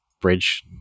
Bridge